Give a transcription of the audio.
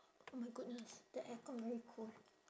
oh my goodness the aircon very cold